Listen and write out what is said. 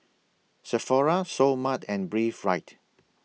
Sephora Seoul Mart and Breathe Right